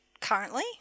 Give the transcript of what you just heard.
currently